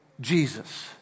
Jesus